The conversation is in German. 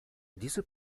diese